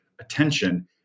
attention